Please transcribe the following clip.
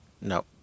No